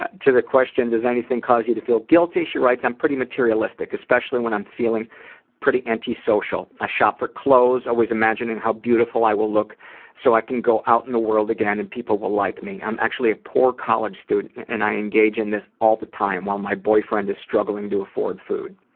ah to the question, does anything cause you to feel guilty, she writes, i'm pretty materialistic especially when i'm feeling pretty anti-social. i shop for clothes, always imagining how beautiful i will look so i can go out in the world again and people will like me. i'm actually a poor college student and i engage in all the time while my boyfriend is struggling to afford food.